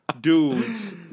dudes